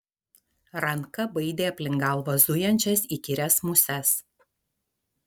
ranka baidė aplink galvą zujančias įkyrias muses